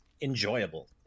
enjoyable